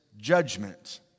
judgment